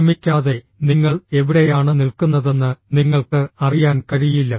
ശ്രമിക്കാതെ നിങ്ങൾ എവിടെയാണ് നിൽക്കുന്നതെന്ന് നിങ്ങൾക്ക് അറിയാൻ കഴിയില്ല